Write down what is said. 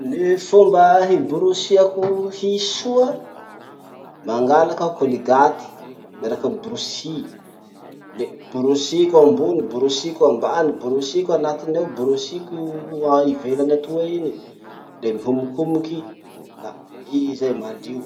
Ny fomba hiborosiako hisy soa: mangalaky aho koligaty, miaraky amy borosy hy, le borosiko ambony borosiko ambany, borosiko anatiny ao, borosiko ivelany atoa iny, le mihomokomoky, la i zay malio.